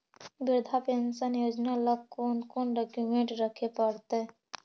वृद्धा पेंसन योजना ल कोन कोन डाउकमेंट रखे पड़तै?